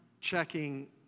checking